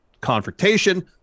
confrontation